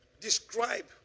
describe